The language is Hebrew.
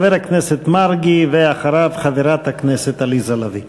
חבר הכנסת מרגי, ואחריו, חברת הכנסת עליזה לביא.